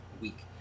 week